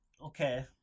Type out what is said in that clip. Okay